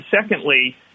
secondly